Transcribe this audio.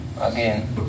Again